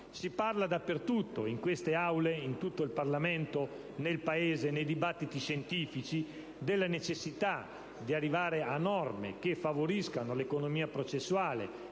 Si parla dappertutto, nelle Aule del Parlamento, nel Paese e nei dibattiti scientifici, della necessità di arrivare a norme che favoriscano l'economia processuale,